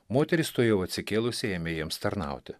moteris tuojau atsikėlusi ėmė jiems tarnauti